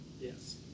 Yes